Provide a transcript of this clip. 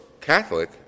Catholic